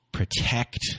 protect